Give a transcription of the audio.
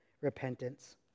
repentance